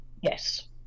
Yes